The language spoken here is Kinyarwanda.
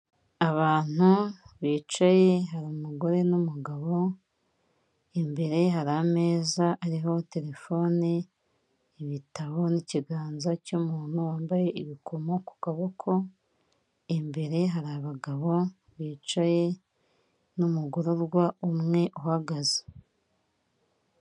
Abantu bicaye, hari umugore n'umugabo, imbere hari ameza ariho terefone, ibitabo n'ikiganza cy'umuntu wambaye ibikomo ku kaboko, imbere hari abagabo bicaye n'umugororwa umwe uhagaze.